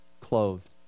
Clothed